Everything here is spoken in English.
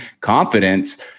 confidence